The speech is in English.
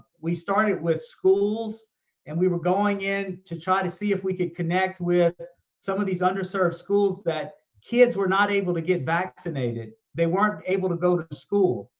we started with schools and we were going in to try to see if we could connect with some of these underserved schools that kids were not able to get vaccinated. they weren't able to go to to school.